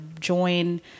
join